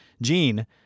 Gene